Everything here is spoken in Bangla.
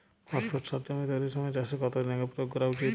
ফসফেট সার জমি তৈরির সময় চাষের কত দিন আগে প্রয়োগ করা উচিৎ?